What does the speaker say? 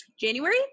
january